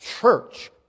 Church